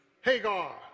Hagar